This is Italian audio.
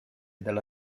dalla